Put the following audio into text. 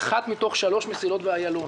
אחת מתוך שלוש מסילות באיילון